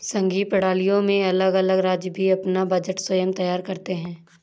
संघीय प्रणालियों में अलग अलग राज्य भी अपना बजट स्वयं तैयार करते हैं